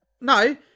no